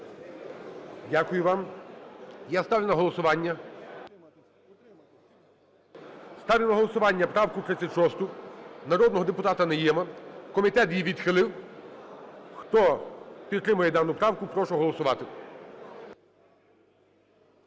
голосування… Ставлю на голосування правку 36 народного депутата Найєма. Комітет її відхилив. Хто підтримує дану правку, прошу голосувати.